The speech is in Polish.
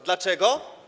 Dlaczego?